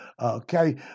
Okay